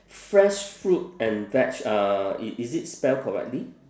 fresh fruit and veg uh is is it spell correctly